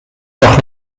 doch